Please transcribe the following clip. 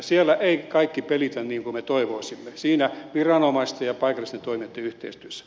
siellä ei kaikki pelitä niin kuin me toivoisimme siinä viranomaisten ja paikallisten toimijoitten yhteistyössä